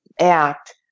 act